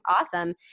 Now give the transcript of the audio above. awesome